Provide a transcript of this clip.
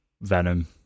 Venom